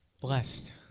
blessed